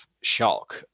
shock